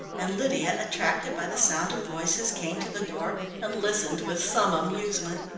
and lydia, attracted by the sound of voices, came to the door and listened with some amusement.